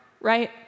right